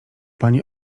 pani